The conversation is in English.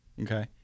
Okay